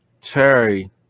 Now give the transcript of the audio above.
terry